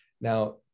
Now